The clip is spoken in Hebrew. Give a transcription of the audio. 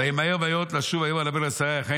וימהר ויאות לשוב ויאמר למלך ולשרי החיל